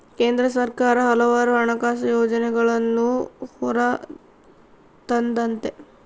ಕೇಂದ್ರ ಸರ್ಕಾರ ಹಲವಾರು ಹಣಕಾಸು ಯೋಜನೆಗಳನ್ನೂ ಹೊರತಂದತೆ